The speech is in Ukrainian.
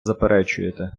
заперечуєте